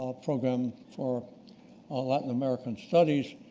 ah program for latin american studies.